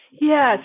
Yes